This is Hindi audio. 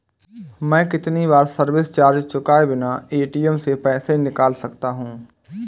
मैं कितनी बार सर्विस चार्ज चुकाए बिना ए.टी.एम से पैसे निकाल सकता हूं?